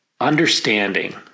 understanding